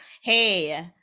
hey